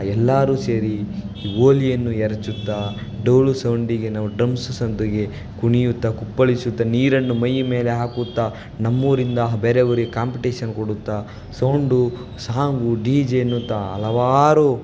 ಆ ಎಲ್ಲರು ಸೇರಿ ಹೋಲಿಯನ್ನು ಎರಚುತ್ತಾ ಡೋಲು ಸೌಂಡಿಗೆ ನಾವು ಡ್ರಮ್ಸ್ ಸದ್ದಿಗೆ ಕುಣಿಯುತ್ತ ಕುಪ್ಪಳಿಸುತ್ತ ನೀರನ್ನು ಮೈಮೇಲೆ ಹಾಕುತ್ತ ನಮ್ಮೂರಿಂದ ಹ ಬೇರೆ ಊರಿಗೆ ಕಾಂಪಿಟೇಷನ್ ಕೊಡುತ್ತ ಸೌಂಡು ಸಾಂಗು ಡಿ ಜೆ ಎನ್ನುತ್ತಾ ಹಲವಾರು